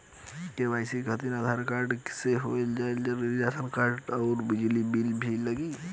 KYC खाली Aadhaar card से हो जाए कि राशन कार्ड अउर बिजली बिल भी लगी?